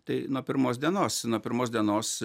tai nuo pirmos dienos nuo pirmos dienos